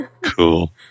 Cool